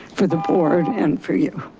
for the board and for you.